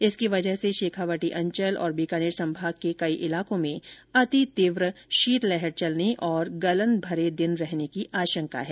इसकी वजह से शेखावाटी अंचल और बीकानेर संभाग के कई इलाकों में अतितीव्र शीत लहर चलने और गलन भरे दिन रहने की आशंका हैं